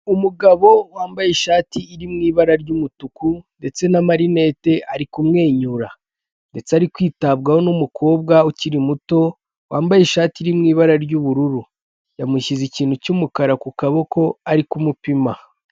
Umugabo wambaye ishati iri mu ibara ry'umutuku ndetse n'amarinete ari kumwenyura, ndetse ari kwitabwaho n'umukobwa ukiri muto wambaye ishati iri mu ibara ry'ubururu, yamushyize ikintu cy'umukara ku kuboko ari kumupima.